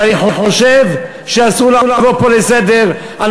אבל אני חושב שאסור לעבור פה לסדר-היום.